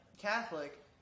Catholic